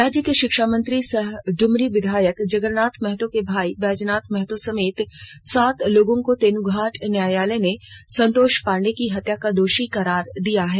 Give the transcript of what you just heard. राज्य के शिक्षा मंत्री सह डुमरी विधायक जगरनाथ महतो के भाई बैजनाथ महतो समेत सात लोगों को तेनुघाट न्यायालय ने संतोष पांडेय की हत्या का दोषी करार दिया है